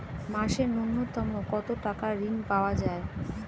মাসে নূন্যতম কত টাকা ঋণ পাওয়া য়ায়?